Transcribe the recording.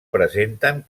presenten